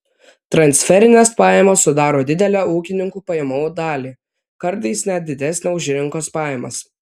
transferinės pajamos sudaro didelę ūkininkų pajamų dalį kartais net didesnę už rinkos pajamas